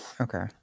okay